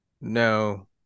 No